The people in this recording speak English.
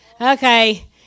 okay